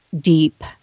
deep